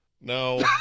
No